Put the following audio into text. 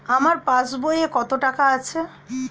আমার পাস বইয়ে কত টাকা আছে?